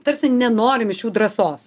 tarsi nenorim iš jų drąsos